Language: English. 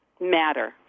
matter